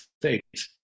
States